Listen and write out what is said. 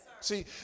See